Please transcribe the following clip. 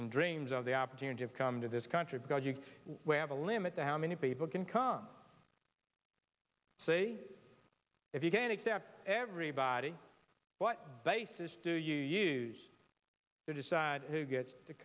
and dreams of the opportunity of come to this country because you will have a limit to how many people can come say if you can accept everybody what basis do you use to decide who gets to